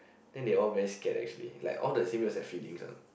then they all very scared actually like all the symbiotes have feelings ah